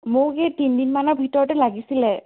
মোক এই তিনিদিনমানৰ ভিতৰতে লাগিছিলে